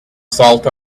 salt